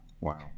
wow